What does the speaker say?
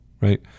right